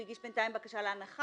הוא הגיש בינתיים בקשה להנחה,